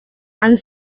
and